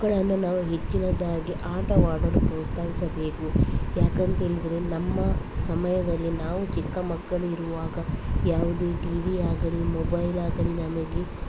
ಮಕ್ಕಳನ್ನು ನಾವು ಹೆಚ್ಚಿನದಾಗಿ ಆಟವಾಡಲು ಪ್ರೋತ್ಸಾಯಿಸಬೇಕು ಯಾಕಂತೇಳಿದರೆ ನಮ್ಮ ಸಮಯದಲ್ಲಿ ನಾವು ಚಿಕ್ಕ ಮಕ್ಕಳಿರುವಾಗ ಯಾವುದೇ ಟಿವಿ ಆಗಲಿ ಮೊಬೈಲ್ ಆಗಲಿ ನಮಗೆ